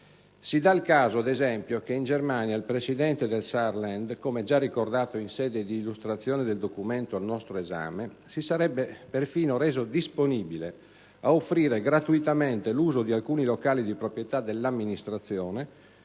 Si dà il caso, ad esempio, che in Germania il presidente del Saarland, come già ricordato in sede di illustrazione del documento al nostro esame, si sarebbe perfino reso disponibile ad offrire gratuitamente l'uso di alcuni locali di proprietà dell'amministrazione